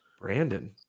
Brandon